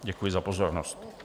Děkuji za pozornost.